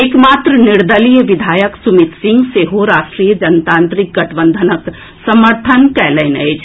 एकमात्र निर्दलीय विधायक सुमित सिंह सेहो राष्ट्रीय जनतांत्रिक गठबंधनक समर्थन कयलनि अछि